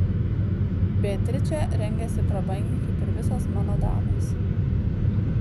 beatričė rengiasi prabangiai kaip ir visos mano damos